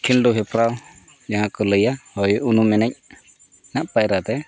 ᱠᱷᱤᱞᱰᱩ ᱦᱮᱯᱨᱟᱣ ᱡᱟᱦᱟᱸ ᱠᱚ ᱞᱟᱹᱭᱟ ᱦᱳᱭ ᱩᱱᱩᱢ ᱮᱱᱮᱡ ᱨᱮᱱᱟᱜ ᱯᱟᱭᱨᱟᱛᱮ